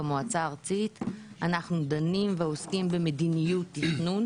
במועצה הארצית אנחנו דנים ועוסקים במדיניות תכנון